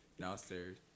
downstairs